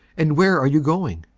and where are you going?